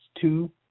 two